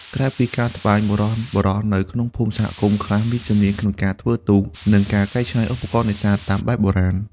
ក្រៅពីការត្បាញ បុរសៗនៅក្នុងសហគមន៍ខ្លះមានជំនាញក្នុងការធ្វើទូក និងការកែច្នៃឧបករណ៍នេសាទតាមបែបបុរាណ។